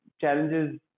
challenges